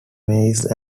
maize